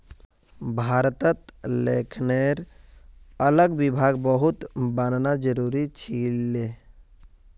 भारतत लेखांकनेर अलग विभाग बहुत बनाना जरूरी छिले